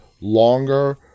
longer